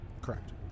Correct